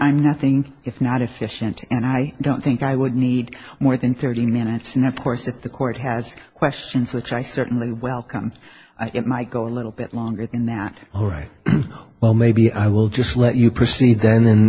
i'm nothing if not efficient and i don't think i would need more than thirty minutes and of course if the court has questions which i certainly welcome i get my go a little bit longer than that all right well maybe i will just let you proceed the